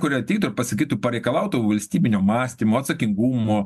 kuri ateitų pasakytų pareikalautų valstybinio mąstymo atsakingumo